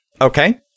Okay